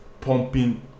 pumping